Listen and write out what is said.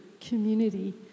community